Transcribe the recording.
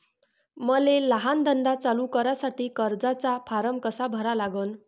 मले लहान धंदा चालू करासाठी कर्जाचा फारम कसा भरा लागन?